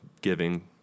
giving